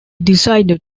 decided